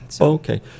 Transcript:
Okay